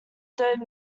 third